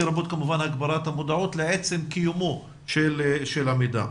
לרבות כמובן הגברת המודעות לעצם קיומו של המידע.